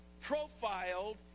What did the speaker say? profiled